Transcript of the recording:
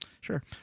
Sure